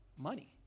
money